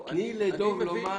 תני לדב לדבר,